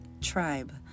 tribe